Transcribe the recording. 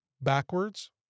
backwards